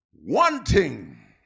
Wanting